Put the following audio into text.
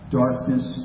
darkness